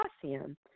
potassium